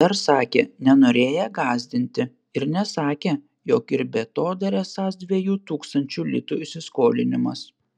dar sakė nenorėję gąsdinti ir nesakę jog ir be to dar esąs dviejų tūkstančių litų įsiskolinimas